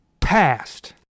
passed